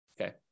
okay